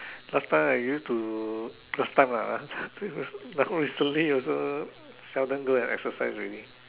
last time I used to last time ah ah now recently also seldom go and exercise already